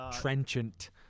Trenchant